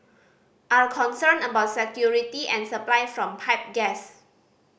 are concerned about security and supply from pipe gas